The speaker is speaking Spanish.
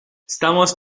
estamos